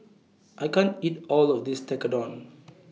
I can't eat All of This Tekkadon